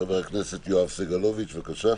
חבר הכנסת יואב סגלוביץ', בבקשה.